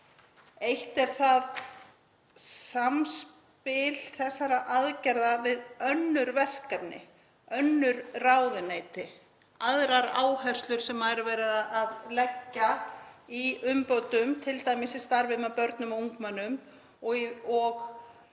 Eitt er samspil þessara aðgerða við önnur verkefni, önnur ráðuneyti, aðrar áherslur sem er verið að leggja í umbótavinnu, t.d. í starfi með börnum og ungmennum og í